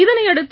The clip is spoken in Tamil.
இதனையடுத்து